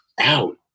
out